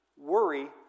worry